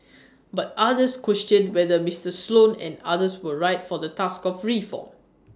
but others questioned whether Mr Sloan and others were right for the task of reform